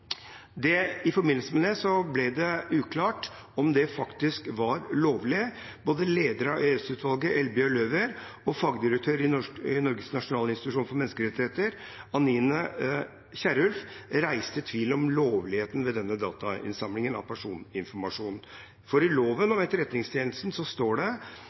etterretningstjeneste. I forbindelse med det ble det uklart om det faktisk var lovlig. Både lederen av EOS-utvalget, Eldbjørg Løwer, og fagdirektøren i Norges nasjonale institusjon for menneskerettigheter, Anine Kierulf, reiste tvil om lovligheten av denne datainnsamlingen av personinformasjon. I lov om etterretningstjenesten står det: